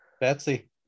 Betsy